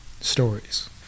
stories